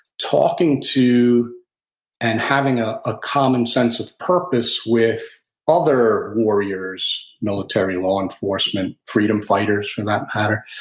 talking to and having a ah common sense of purpose with other warriors, military, law enforcement, freedom fighters for that matter,